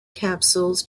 capsules